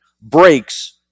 breaks